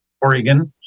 Oregon